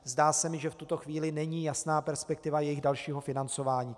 Zdá se mi, že v tuto chvíli není jasná perspektiva jejich dalšího financování.